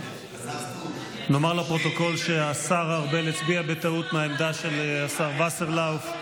נאמר לפרוטוקול שהשר ארבל הצביע בטעות מהעמדה של השר וסרלאוף.